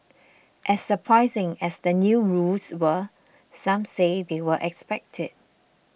as surprising as the new rules were some say they were expected